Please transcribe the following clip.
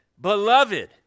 beloved